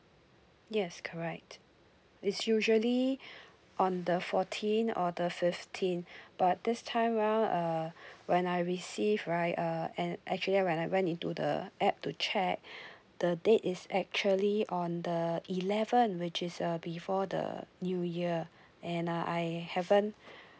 yes correct it's usually on the fourteen or the fifteen but this time well uh when I receive right uh and actually when I went into the app to check the date is actually on the eleven which is uh before the new year and uh I haven't